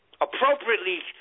appropriately